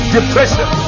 Depression